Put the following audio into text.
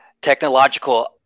technological